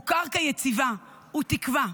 הוא קרקע יציבה, הוא תקווה,